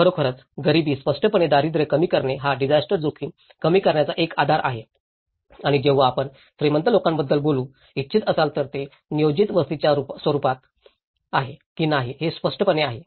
खरोखरच गरिबी स्पष्टपणे दारिद्र्य कमी करणे हा डिजास्टर जोखीम कमी करण्याचा एक आधार आहे आणि जेव्हा आपण श्रीमंत लोकांबद्दल बोलू इच्छित असाल तर ते नियोजित वस्तीच्या रूपात आहे की नाही हे स्पष्टपणे आहे